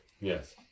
Yes